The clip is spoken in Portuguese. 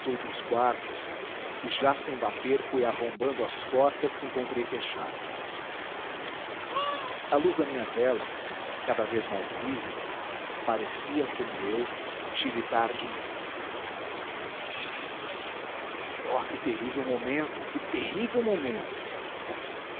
outros quartos e já sem bater fui arrombando as portas que encontrei fechadas a luz da minha vela cada vez mais lívida parecia como eu tiritar de medo oh que terrível momento que terrível momento